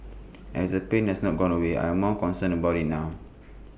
as the pain has not gone away I am more concerned about IT now